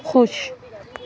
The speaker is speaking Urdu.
خوش